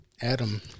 Adam